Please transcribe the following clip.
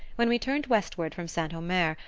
when we turned westward from st. omer,